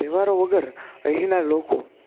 તહેવારો વગર અહીંના લોકો